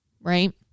right